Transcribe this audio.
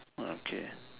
okay